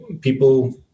people